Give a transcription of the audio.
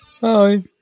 Bye